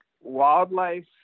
wildlife